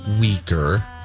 weaker